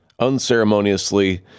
unceremoniously